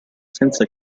senza